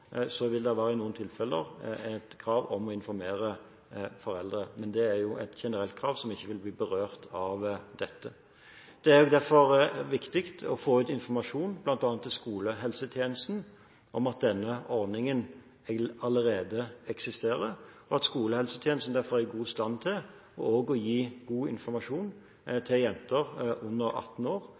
i noen tilfeller, vil det være et krav om å informere foreldre, men det er jo et generelt krav som ikke vil bli berørt av dette. Det er derfor viktig å få ut informasjon, bl.a. til skolehelsetjenesten, om at denne ordningen allerede eksisterer. Skolehelsetjenesten er derfor i god stand til å gi god informasjon til jenter under 18 år